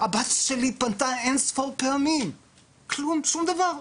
הבת שלי פנתה אין ספור פעמים, כלום, שום דבר.